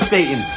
Satan